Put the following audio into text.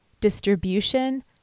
distribution